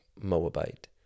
moabite